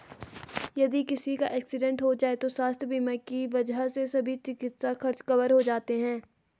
यदि किसी का एक्सीडेंट हो जाए तो स्वास्थ्य बीमा की वजह से सभी चिकित्सा खर्च कवर हो जाते हैं